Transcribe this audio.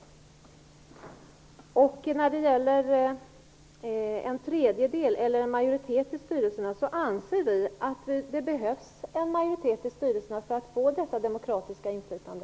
När det gäller frågan om det skall vara en tredjedel eller en majoritet i styrelserna, anser vi att det behövs en majoritet i styrelsen för att vi skall få detta demokratiska inflytande.